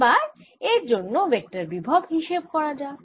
এবার এর জন্য ভেক্টর বিভব হিসেব করা যাক